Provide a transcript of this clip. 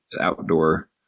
outdoor